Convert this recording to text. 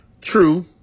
True